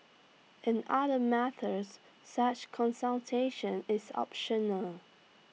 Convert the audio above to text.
in other matters such consultation is optional